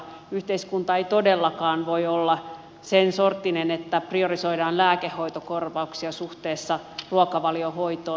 yhteiskunta ei todellakaan voi olla sensorttinen että priorisoidaan lääkehoitokorvauksia suhteessa ruokavaliohoitoon